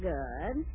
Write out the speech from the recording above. Good